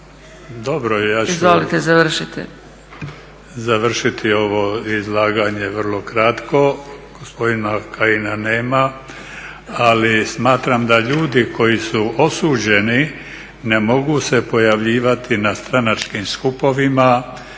… Ja ću završiti ovo izlaganje vrlo kratko, gospodina Kajina nema, ali smatram da ljudi koji su osuđeni ne mogu se pojavljivati na stranačkim skupovima